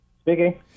Speaking